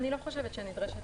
אני לא חושבת שנדרשת